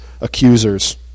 accusers